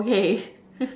okay